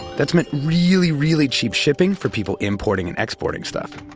that's meant really, really cheap shipping for people importing and exporting stuff.